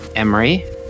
Emery